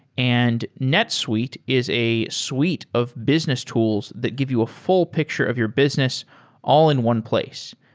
and netsuite is a suite of business tools that give you a full picture of your business all in one place.